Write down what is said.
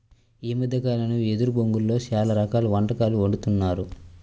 ఈ మద్దె కాలంలో వెదురు బొంగులో చాలా రకాల వంటకాలు వండుతున్నారు